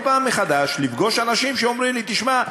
אני מתפלא כל פעם מחדש לפגוש אנשים שאומרים לי: תשמע,